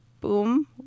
boom